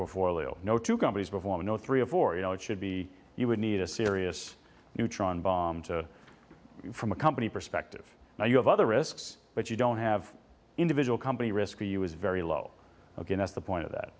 little no two companies performing no three or four you know it should be you would need a serious neutron bomb to from a company perspective now you have other risks but you don't have individual company risk to you is very low again that's the point of that